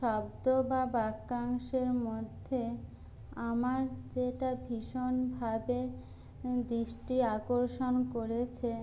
শব্দ বা বাক্যাংশের মধ্যে আমার যেটা ভীষণভাবে দৃষ্টি আকর্ষণ করেছে